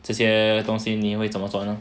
这些东西你会怎么做的呢